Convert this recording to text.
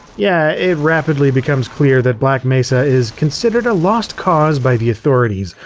yeah, it rapidly becomes clear that black mesa is considered a lost cause by the authorities,